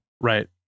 Right